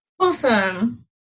Awesome